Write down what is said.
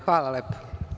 Hvala lepo.